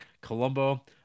colombo